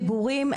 דיבורים,